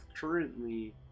currently